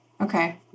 Okay